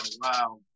wow